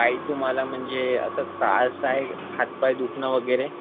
काही तुम्हाला म्हणजे असं त्रास आहे हातपाय दुखणं वगैरे